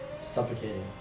suffocating